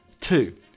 Two